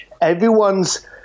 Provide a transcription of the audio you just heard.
everyone's